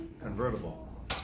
convertible